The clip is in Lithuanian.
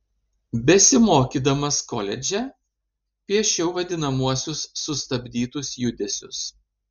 besimokydamas koledže piešiau vadinamuosius sustabdytus judesius